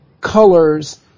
colors